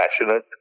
passionate